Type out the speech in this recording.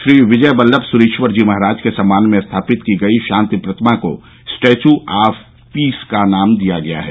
श्री विजय वल्लभ सुरीश्वर जी महाराज के सम्मान में स्थापित की गयी शांति प्रतिमा को स्टेचू ऑफ पीस का नाम दिया गया है